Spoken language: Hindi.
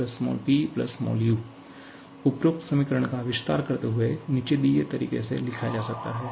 ekepeu उपरोक्त समीकरण का विस्तार करते हुए इसे निचे दिए तरीके से लिखा जा सकता है